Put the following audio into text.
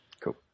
Cool